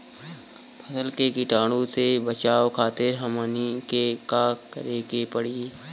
फसल के कीटाणु से बचावे खातिर हमनी के का करे के पड़ेला?